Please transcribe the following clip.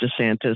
DeSantis